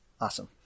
awesome